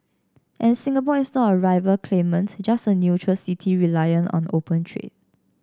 and Singapore is not a rival claimant just a neutral city reliant on open trade